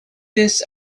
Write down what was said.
this